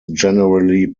generally